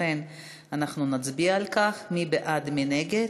לכן אנחנו נצביע על כך, מי בעד, מי נגד?